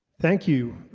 thank you,